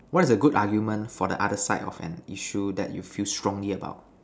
what is a good argument for the other side of an issue that you feel strongly about